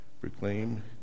proclaim